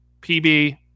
PB